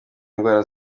indwara